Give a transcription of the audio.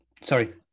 sorry